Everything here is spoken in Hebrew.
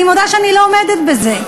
אני מודה שאני לא עומדת בזה.